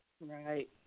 Right